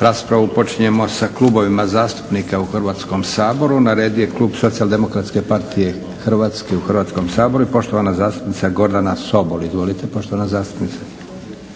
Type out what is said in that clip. Raspravu počinjemo sa klubovima zastupnika u Hrvatskom saboru. Na redu je klub Socijaldemokratske partije Hrvatske u Hrvatskom saboru i poštovana zastupnica Gordana Sobol. Izvolite poštovana zastupnice.